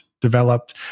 developed